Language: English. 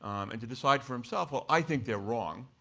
um and to decide for himself, well, i think they're wrong.